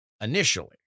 initially